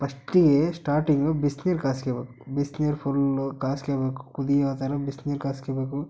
ಪಸ್ಟಿಗೆ ಸ್ಟಾರ್ಟಿಂಗು ಬಿಸ್ನೀರು ಕಾಯ್ಸ್ಕ್ಯಬೋಕು ಬಿಸ್ನೀರು ಫುಲ್ಲು ಕಾಯ್ಸ್ಕ್ಯಬೋಕು ಕುದಿಯೋ ಥರ ಬಿಸ್ನೀರು ಕಾಯ್ಸ್ಕಬೇಕು